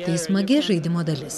tai smagi žaidimo dalis